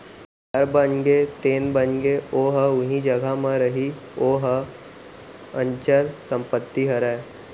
घर बनगे तेन बनगे ओहा उही जघा म रइही ओहा अंचल संपत्ति हरय